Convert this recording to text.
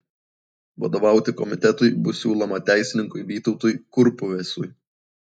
vadovauti komitetui bus siūloma teisininkui vytautui kurpuvesui